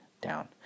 down